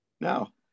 Now